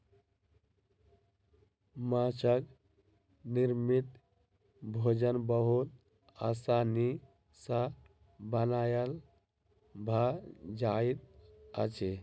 माँछक निर्मित भोजन बहुत आसानी सॅ बनायल भ जाइत अछि